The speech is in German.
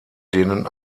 denen